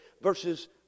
verses